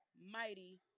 mighty